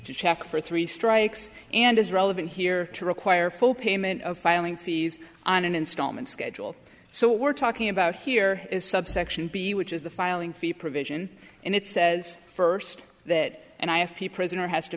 to check for three strikes and is relevant here to require full payment of filing fees on an instalment schedule so we're talking about here is subsection b which is the filing fee provision and it says first that and i have papers in or has to